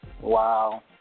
Wow